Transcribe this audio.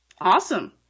Awesome